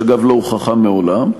שאגב לא הוכחה מעולם,